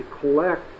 collect